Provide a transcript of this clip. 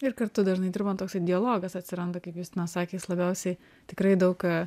ir kartu dažnai dirbant toksai dialogas atsiranda kaip justinas sakė jis labiausiai tikrai daug